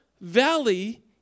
valley